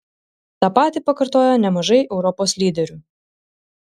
tą patį pakartojo nemažai europos lyderių